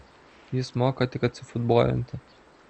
jis moka tik atsifutbolinti